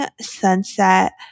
sunset